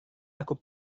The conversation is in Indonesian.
aku